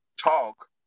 talk